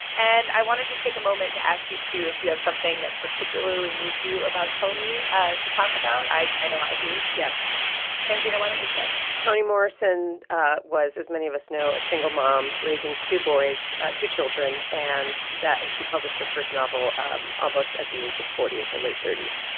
and i wanted to take a moment to ask you two if you have something that particularly moved you about toni ah to talk about. i i know i do yes tanzina, why don't you start? toni morrison was, as many of us know, a single mom raising two boys two children. and that and she published her first novel um almost at the age of forty, in her late thirty s.